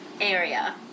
area